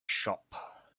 shop